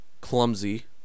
clumsy